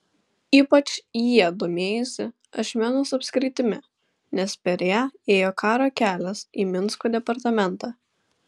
ypač jie domėjosi ašmenos apskritimi nes per ją ėjo karo kelias į minsko departamentą